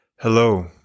Hello